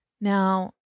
Now